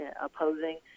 opposing